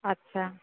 আচ্ছা